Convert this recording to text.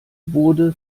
wurde